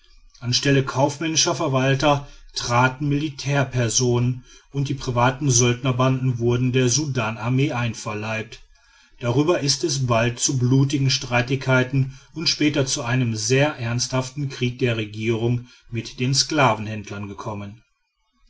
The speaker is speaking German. stelle kaufmännischer verwalter traten militärpersonen und die privaten söldnerbanden wurden der sudanarmee einverleibt darüber ist es bald zu blutigen streitigkeiten und später zu einem sehr ernsthaften krieg der regierung mit den sklavenhändlern gekommen